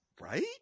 Right